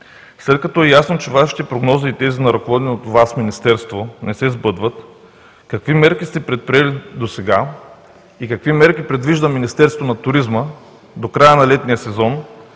след като е ясно, че Вашите прогнози и тези на ръководеното от Вас Министерство не се сбъдват, какви мерки сте предприели досега и какви мерки предвижда Министерството на туризма до края на летния сезон,